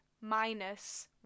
minus